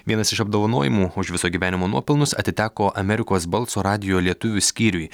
vienas iš apdovanojimų už viso gyvenimo nuopelnus atiteko amerikos balso radijo lietuvių skyriui